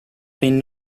been